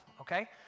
okay